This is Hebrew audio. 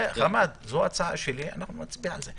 זו ההצעה שלי ואנחנו נצביע עליה.